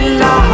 la